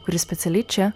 kuri specialiai čia